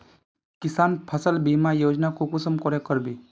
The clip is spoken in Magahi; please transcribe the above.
किसान फसल बीमा योजना कुंसम करे करबे?